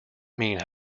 mean